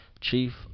Chief